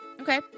Okay